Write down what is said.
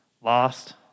lost